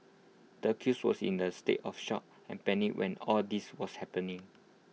the accused was in A state of shock and panic when all this was happening